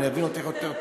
אני אבין אותך יותר טוב.